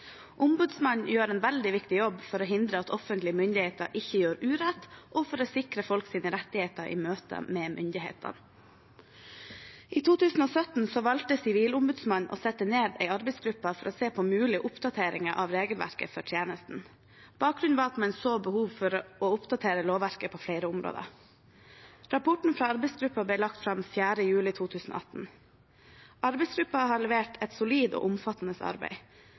Ombudsmannen gjør en veldig viktig jobb for å hindre at offentlige myndigheter ikke gjør urett og for å sikre folks rettigheter i møte med myndighetene. I 2017 valgte Sivilombudsmannen å sette ned en arbeidsgruppe for å se på mulige oppdateringer av regelverket for tjenesten. Bakgrunnen var at man så behov for å oppdatere lovverket på flere områder. Rapporten fra arbeidsgruppen ble lagt fram 4. juli 2018. Arbeidsgruppen har levert et solid og omfattende arbeid.